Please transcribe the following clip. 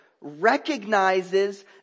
recognizes